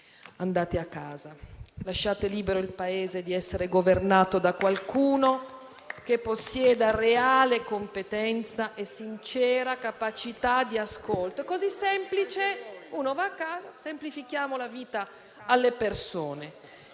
andate a casa, lasciate libero il Paese di essere governato da qualcuno che possieda reale competenza e sincera capacità di ascolto. *(Applausi. Commenti)*. È così semplice: si va a casa. Semplifichiamo la vita alle persone.